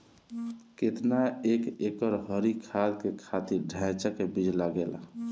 केतना एक एकड़ हरी खाद के खातिर ढैचा के बीज लागेला?